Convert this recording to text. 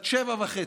בת שבע וחצי,